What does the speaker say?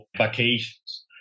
vacations